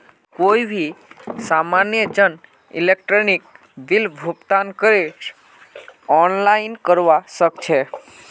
कोई भी सामान्य जन इलेक्ट्रॉनिक बिल भुगतानकेर आनलाइन करवा सके छै